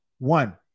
One